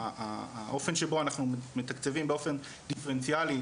האופן שבו אנחנו מתקצבים באופן דיפרנציאלי,